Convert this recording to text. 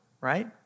right